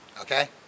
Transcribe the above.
Okay